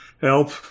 help